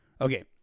okay